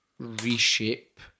reshape